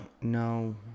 No